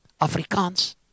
Afrikaans